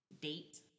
date